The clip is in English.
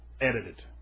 edited